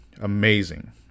Amazing